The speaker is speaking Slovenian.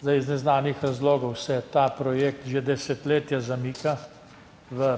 Zdaj, iz neznanih razlogov se ta projekt že desetletja zamika v